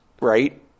Right